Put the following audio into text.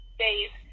days